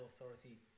authority